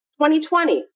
2020